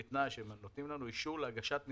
ובתנאי שהם נותנים לנו אישור על הגשת מסמכים.